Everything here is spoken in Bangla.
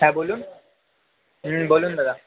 হ্যাঁ বলুন হুম বলুন দাদা